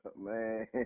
Man